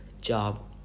job